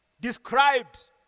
described